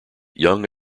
young